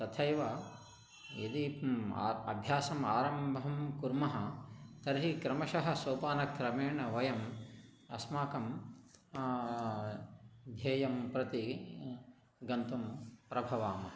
तथैव यदि अभ्यासम् आरम्भं कुर्मः तर्हि क्रमशः सोपानक्रमेण वयम् अस्माकं ध्येयं प्रति गन्तुं प्रभवामः